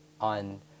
on